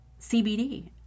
CBD